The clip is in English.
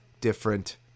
different